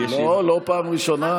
לא, לא בפעם הראשונה.